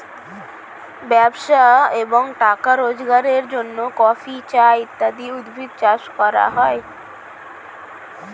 ব্যবসা এবং টাকা রোজগারের জন্য কফি, চা ইত্যাদি উদ্ভিদ চাষ করা হয়